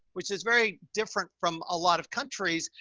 which is very different from a lot of countries.